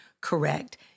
correct